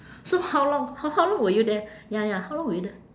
so how long how how long were you there ya ya how long were you there